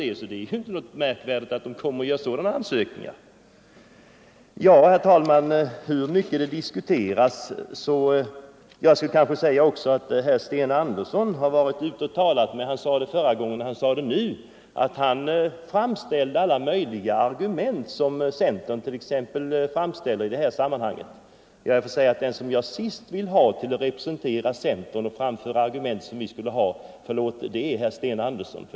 Det är ju inte så märkvärdigt att den socialdemokratiska gruppen gör sådana ansökningar. Herr Sten Andersson i Stockholm har varit ute och hållit tal. Han sade att han hade framställt alla möjliga argument från centern i det sammanhanget. Den jag sist vill ha till att representera centern och framföra våra argument är herr Sten Andersson.